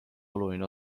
oluline